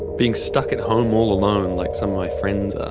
being stuck at home all alone like some of my friends are,